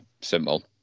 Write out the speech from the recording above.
Simple